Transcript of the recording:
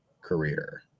career